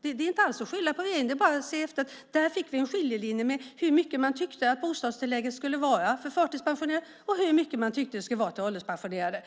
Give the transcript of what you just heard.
Det är inte alls att skylla på den tidigare regeringen. Det är bara att konstatera att vi där fick en skiljelinje för hur mycket man tyckte att bostadstillägget skulle vara för förtidspensionärer och hur mycket man tyckte att det skulle vara för ålderspensionerade.